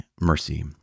mercy